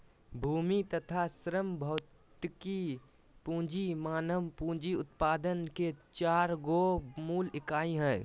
भूमि तथा श्रम भौतिक पूँजी मानव पूँजी उत्पादन के चार गो मूल इकाई हइ